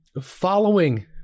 Following